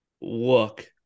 look